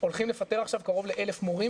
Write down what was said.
הולכים לפטר עכשיו קרוב ל-1,000 מורים